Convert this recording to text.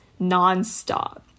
nonstop